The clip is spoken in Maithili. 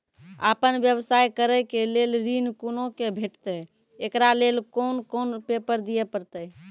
आपन व्यवसाय करै के लेल ऋण कुना के भेंटते एकरा लेल कौन कौन पेपर दिए परतै?